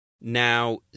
Now